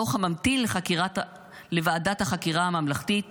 דוח הממתין לוועדת החקירה הממלכתית